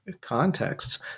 contexts